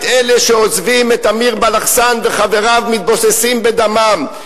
אלה שעוזבים את אמיר בלחסן וחבריו מתבוססים בדמם.